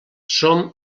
som